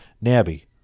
Nabby